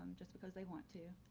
just because they want to,